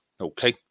Okay